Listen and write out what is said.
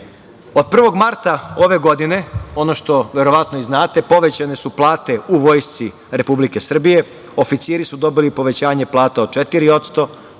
1. marta ove godine, ono što verovatno i znate, povećane su plate u Vojsci Republike Srbije, oficiri su dobili povećanje plata od 4%,